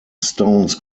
stones